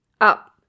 Up